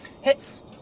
Hits